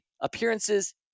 appearances